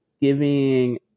giving